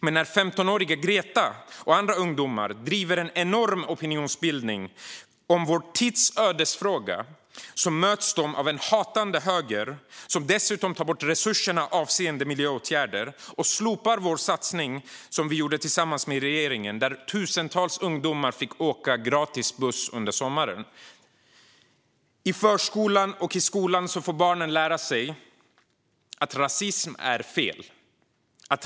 Men när 15-åriga Greta och andra ungdomar driver en enorm opinionsbildning om vår tids ödesfråga möts de av en hatande höger som dessutom tar bort resurserna avseende miljöåtgärder och slopar den satsning som vi gjorde tillsammans med regeringen, där tusentals ungdomar fick åka gratis buss under sommaren. I förskolan och i skolan får barnen lära sig att rasism är fel.